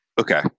Okay